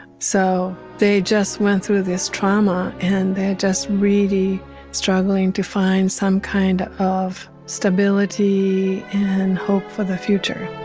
so they just went through this trauma and they're just really struggling to find some kind of stability and hope for the future.